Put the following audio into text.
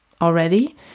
already